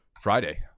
Friday